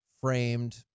framed